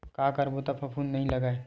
का करबो त फफूंद नहीं लगय?